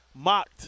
Mocked